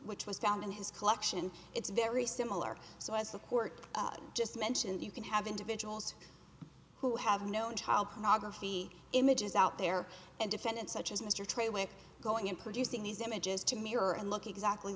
which was found in his collection it's very similar so as the court just mentioned you can have individuals who have known child pornography images out there and defendants such as mr trey wick going in producing these images to mirror and look exactly